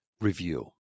review